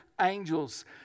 angels